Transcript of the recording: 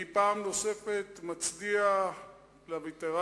פעם נוספת אני מצדיע לווטרנים,